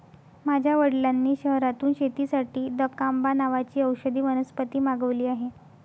माझ्या वडिलांनी शहरातून शेतीसाठी दकांबा नावाची औषधी वनस्पती मागवली आहे